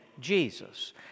Jesus